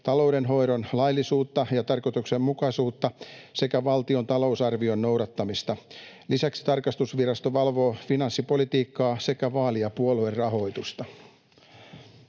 taloudenhoidon laillisuutta ja tarkoituksenmukaisuutta sekä valtion talousarvion noudattamista. Lisäksi tarkastusvirasto valvoo finanssipolitiikkaa sekä vaali- ja puoluerahoitusta.